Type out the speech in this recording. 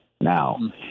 Now